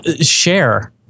share